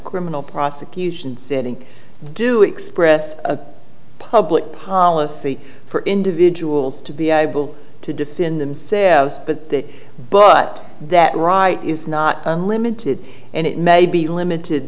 criminal prosecution sitting do express a public for individuals to be able to defend themselves but that but that right is not unlimited and it may be limited